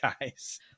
guys